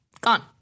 gone